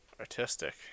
artistic